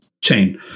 chain